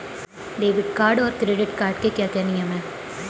Debit card और credit card के क्या क्या नियम हैं?